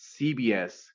CBS